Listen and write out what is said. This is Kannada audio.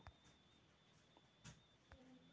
ಕೇಟಗಳ ಬಂದ್ರ ಏನ್ ಮಾಡ್ಬೇಕ್?